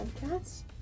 podcast